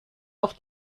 auf